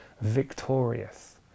victorious